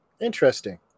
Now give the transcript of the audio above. Interesting